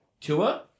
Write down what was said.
Tua